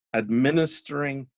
administering